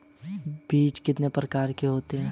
बीज कितने प्रकार के होते हैं?